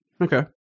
Okay